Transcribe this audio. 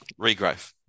regrowth